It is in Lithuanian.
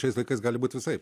šiais laikais gali būt visaip